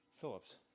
Phillips